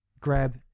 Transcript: Grab